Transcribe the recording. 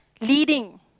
leading